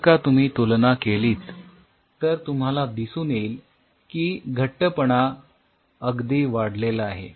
जर का तुम्ही तुलना केली तर तुम्हाला दिसून येईल की घट्टपणा अगदी वाढलेला आहे